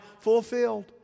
fulfilled